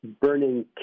Burning